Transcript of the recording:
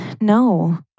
no